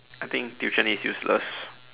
I think tuition is useless